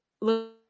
look